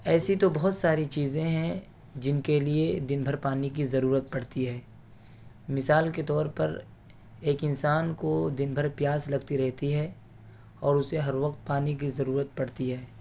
ایسی تو بہت ساری چیزیں ہیں جن کے لیے دن بھر پانی کی ضرورت پڑتی ہے مثال کے طور پر ایک انسان کو دن بھر پیاس لگتی رہتی ہے اور اسے ہر وقت پانی کی ضرورت پڑتی ہے